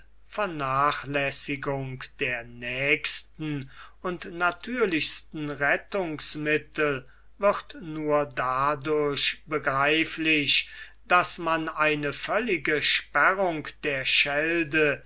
vernachlässigung der nächsten und natürlichsten rettungsmittel wird nur dadurch begreiflich daß man eine völlige sperrung der schelde